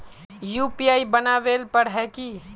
UPI बनावेल पर है की?